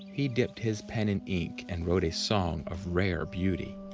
he dipped his pen in ink and wrote a song of rare beauty.